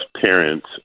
Parents